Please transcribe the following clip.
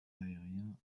aérien